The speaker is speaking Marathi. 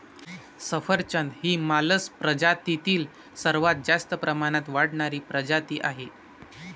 सफरचंद ही मालस प्रजातीतील सर्वात जास्त प्रमाणात वाढणारी प्रजाती आहे